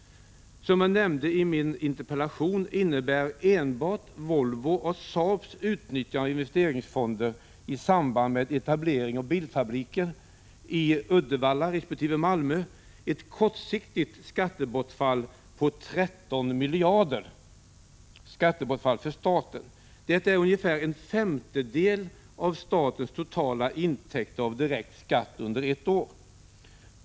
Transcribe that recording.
Som jag nämnde i min interpellation medför enbart Volvos och Saabs utnyttjande av investeringsfonder i samband med etableringen av bilfabriker i Uddevalla resp. Malmö ett kortsiktigt skattebortfall för staten på 13 miljarder. Det är ungefär en femtedel av statens totala intäkt av direkt skatt under ett år.